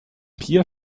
pier